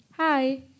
Hi